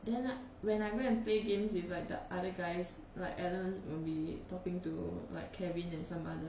then uh when I go and play games with like the other guys like alan will be talking to like kevin and some other